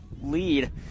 lead